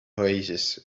oasis